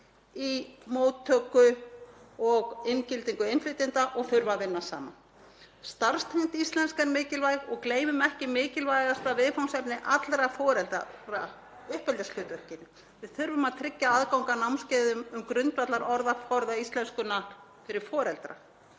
í móttöku og inngildingu innflytjenda og þurfa að vinna saman. Starfstengd íslenska er mikilvæg og gleymum ekki mikilvægasta viðfangsefni allra foreldra, uppeldishlutverkinu. Við þurfum að tryggja aðgang að námskeiðum um grundvallarorðaforða íslenskunnar fyrir foreldra.